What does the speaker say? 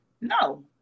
No